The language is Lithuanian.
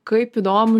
kaip įdomu